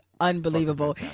unbelievable